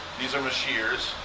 these are masheers.